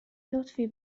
لطفی